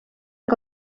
que